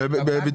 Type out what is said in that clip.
בבנק?